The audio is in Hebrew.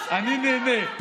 אני נהנה.